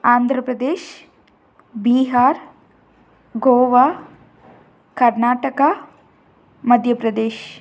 Andhra Pradesh Bihar Goa Karnataka Madhya Pradesh